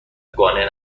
قانع